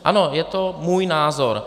Ano, je to můj názor.